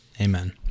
Amen